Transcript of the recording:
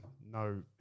no